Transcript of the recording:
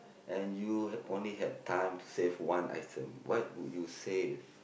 and you only had time to save one item what would you save